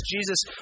Jesus